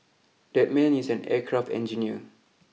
that man is an aircraft engineer